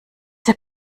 herr